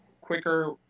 quicker